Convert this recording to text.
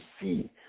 see